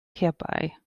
herbei